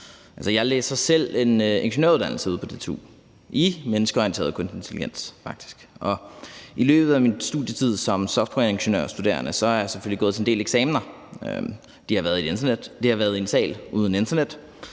med at tage en ingeniøruddannelse i menneskeorienteret kunstig intelligens ude på DTU, og i løbet af min studietid som softwareingeniørstuderende er jeg selvfølgelig gået til en del eksamener. Nogle er foregået i en sal uden internet,